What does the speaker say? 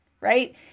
right